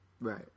Right